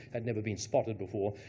had never been spotted before.